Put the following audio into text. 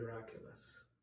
miraculous